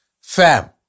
Fam